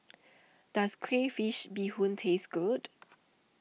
does Crayfish BeeHoon taste good